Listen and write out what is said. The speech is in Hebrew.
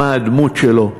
מה הדמות שלו.